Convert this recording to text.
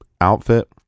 outfit